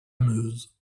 meuse